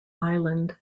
island